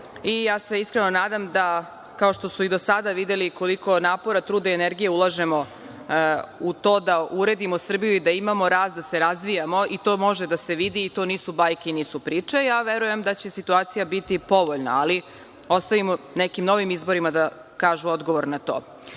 Ja se iskreno nadam da, kao što su i do sada videli koliko napora, truda i energije ulažemo u to da uredimo Srbiju i da imamo rast, da se razvijamo, i to može da se vidi i to nisu bajke i nisu priče, verujem da će situacija biti povoljna. Ali, ostavimo nekim novim izborima da daju odgovor na